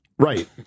Right